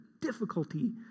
difficulty